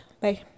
Bye